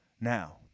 Now